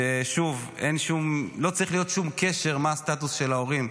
שוב, לא צריך להיות שום קשר מהו הסטטוס של ההורים.